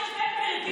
מזל שיש בן גביר.